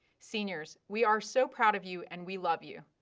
seniors, we are so proud of you, and we love you.